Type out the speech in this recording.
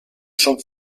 són